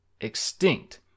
extinct